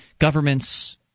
government's